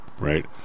right